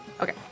Okay